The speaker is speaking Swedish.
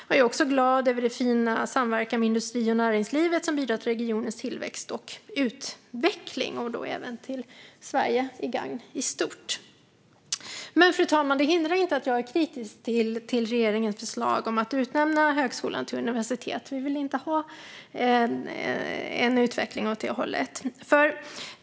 Jag är också glad över den fina samverkan med industrin och näringslivet som bidrar till regionens tillväxt och utveckling, vilket även är till gagn för Sverige i stort. Men, fru talman, det hindrar inte att jag är kritisk till regeringens förslag om att utnämnda högskolan till universitet. Vi vill inte ha en utveckling åt det hållet.